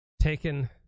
taken